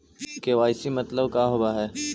KYC मतलब का होव हइ?